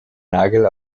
nagel